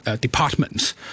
departments